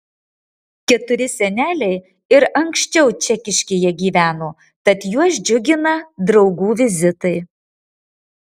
keturi seneliai ir anksčiau čekiškėje gyveno tad juos džiugina draugų vizitai